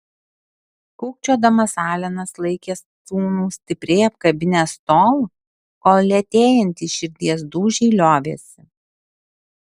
kūkčiodamas alenas laikė sūnų stipriai apkabinęs tol kol lėtėjantys širdies dūžiai liovėsi